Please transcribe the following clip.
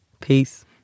Peace